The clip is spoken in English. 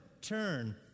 turn